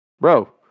bro